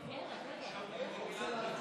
ואני מעריך את